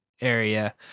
area